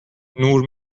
نور